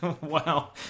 wow